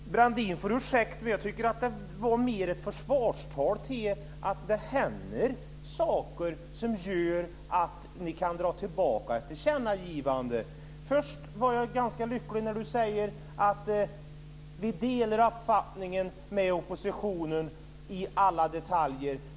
Fru talman! Brandin får ursäkta, men jag tycker mer att det var ett försvarstal för att det händer saker som gör att ni kan dra tillbaka ett tillkännagivande. Först var jag ganska lycklig när Brandin sade: Vi delar uppfattningen med oppositionen i alla detaljer.